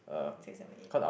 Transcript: six seven eight